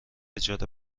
اجاره